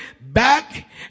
back